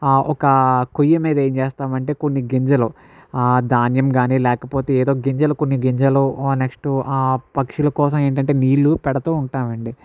ఒక కొయ్య మీద ఏం చేస్తామంటే కొన్ని గింజలు ధాన్యం కానీ లేకపోతే ఏదో ఒక గింజలు కొన్ని గింజలు నెక్స్ట్ ఆ పక్షులు కోసం ఏంటంటే నీళ్ళు పెడుతు ఉంటామండి